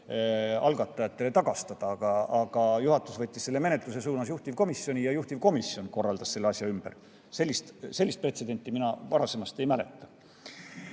algatajatele tagastada. Aga juhatus võttis selle menetlusse, suunas juhtivkomisjoni ja juhtivkomisjon korraldas selle asja ümber. Sellist pretsedenti mina varasemast ei mäleta.